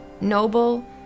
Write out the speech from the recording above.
Noble